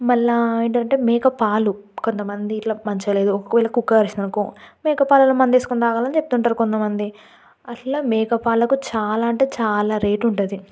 మళ్ళీ ఏంటంటే మేక పాలు కొంతమంది ఇట్ల మంచిగా లేదు ఒకవేళ కుక్క కరిచింది అనుకో మేక పాలలో మండు వేసుకొని తాగాలని చెప్తుంటారు కొంతమంది అట్ల మేక పాలకు చాలా అంటే చాలా రేటుంటుంది